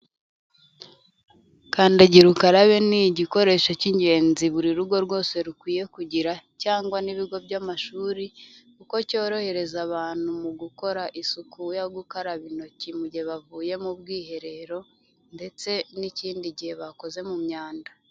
Kandagira ukarabe ni igikoresho cy'ingenzi buri rugo rwose rukwiye kugira cyangwa n'ibigo by'amashuri kuko cyorohereza abantu mu gukora isuku yo gukaraba intoki mu gihe bavuye mu bwiherero ndetse n'ikindi gihe bakoze mu myanda.